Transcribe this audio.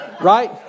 Right